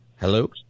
Hello